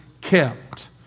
kept